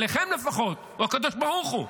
עליכם לפחות, הוא הקדוש ברוך הוא.